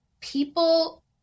people